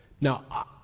Now